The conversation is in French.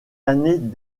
années